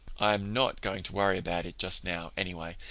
i'm not going to worry about it just now, anyway,